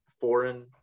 foreign